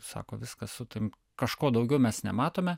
sako viskas su tavim kažko daugiau mes nematome